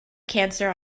cancer